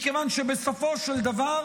מכיוון שבסופו של דבר,